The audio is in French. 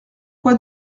quoi